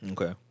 Okay